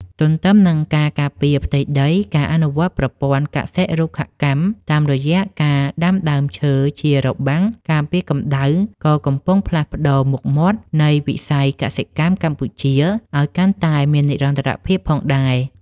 ទន្ទឹមនឹងការការពារផ្ទៃដី ការអនុវត្តប្រព័ន្ធកសិ-រុក្ខកម្មតាមរយៈការដាំដើមឈើជារបាំងការពារកម្ដៅ ក៏កំពុងផ្លាស់ប្តូរមុខមាត់នៃវិស័យកសិកម្មកម្ពុជាឱ្យកាន់តែមាននិរន្តរភាពផងដែរ។